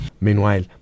Meanwhile